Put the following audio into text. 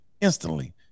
Instantly